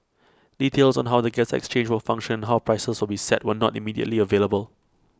details on how the gas exchange will function and how prices will be set were not immediately available